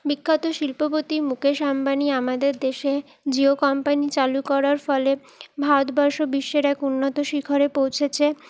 বিখ্যাত শিল্পপতি মুকেশ আম্বানি আমাদের দেশে জিও কোম্পানি চালু করার ফলে ভারতবর্ষ বিশ্বের এক উন্নত শিখরে পৌঁছেছে